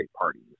parties